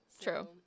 true